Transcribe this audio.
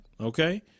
Okay